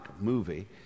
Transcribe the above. movie